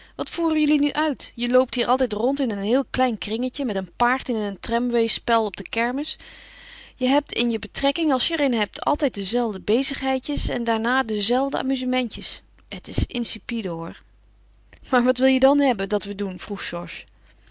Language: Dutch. wat voeren jullie nu uit je loopt hier altijd rond in een heel klein kringetje net een paard in een tramwayspel op de kermis je hebt in je betrekking als je er een hebt altijd dezelfde bezigheidjes en daarna dezelfde amuzementjes het is insipide hoor maar wat wil je dan hebben dat we doen